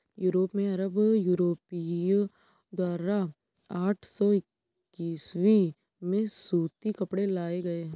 Europe में अरब व्यापारियों द्वारा आठ सौ ईसवी में सूती कपड़े लाए गए